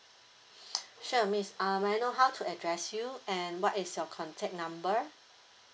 sure miss uh may I know how to address you and what is your contact number